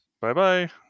Bye-bye